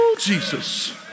Jesus